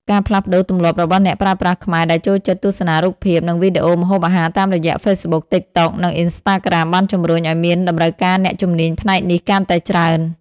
ការផ្លាស់ប្តូរទម្លាប់របស់អ្នកប្រើប្រាស់ខ្មែរដែលចូលចិត្តទស្សនារូបភាព និងវីដេអូម្ហូបអាហារតាមរយៈ Facebook, TikTok និង Instagram បានជំរុញឱ្យមានតម្រូវការអ្នកជំនាញផ្នែកនេះកាន់តែច្រើន។